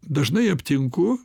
dažnai aptinku